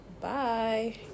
bye